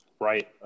Right